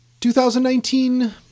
2019